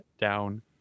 down